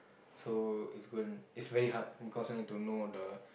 so it's go~ it's very hard because I need to know the